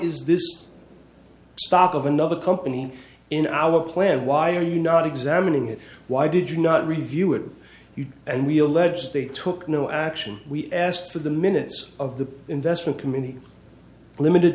is this stock of another company in our plan why are you not examining it why did you not review it and we'll let's they took no action we asked for the minutes of the investment community limited